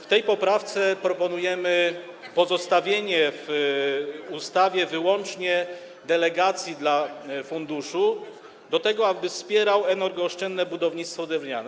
W tej poprawce proponujemy pozostawienie w ustawie wyłącznie delegacji dla funduszu do tego, aby wspierał energooszczędne budownictwo drewniane.